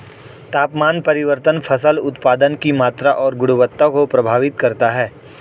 तापमान परिवर्तन फसल उत्पादन की मात्रा और गुणवत्ता को प्रभावित करता है